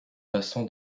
façon